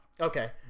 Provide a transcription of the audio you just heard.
Okay